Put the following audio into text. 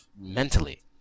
mentally